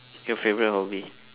your favourite hobby